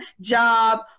job